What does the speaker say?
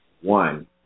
one